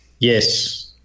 Yes